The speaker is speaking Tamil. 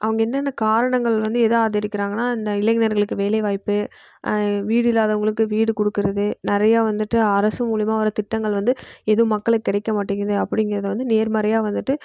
அவங்க என்னென்ன காரணங்கள் வந்து எதை ஆதரிக்கிறாங்கன்னா இந்த இளைஞர்களுக்கு வேலை வாய்ப்பு வீடு இல்லாதவங்களுக்கு வீடு கொடுக்கறது நிறைய வந்துட்டு அரசு மூலிமா வர திட்டங்கள் வந்து எதுவும் மக்களுக்குக் கிடைக்க மாட்டேங்குது அப்படிங்குறது வந்து நேர்மறையா வந்துட்டு